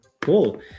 Cool